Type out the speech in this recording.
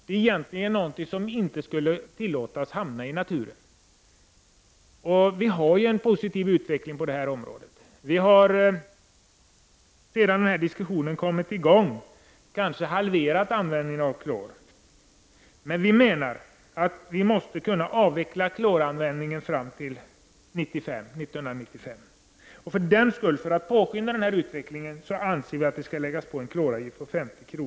Det är egentligen något som inte alls får släppas ut i naturen. Utvecklingen på området är positiv. Sedan diskussionen kom i gång har användningen av klor halverats. Vi menar att kloranvändningen måste avvecklas till 1995. För att påskynda den utvecklingen anser vi att en kloravgift skall tas ut med 50 kr.